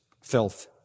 filth